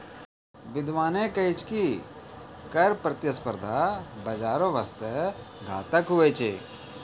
बिद्यबाने कही छै की कर प्रतिस्पर्धा बाजारो बासते घातक हुवै छै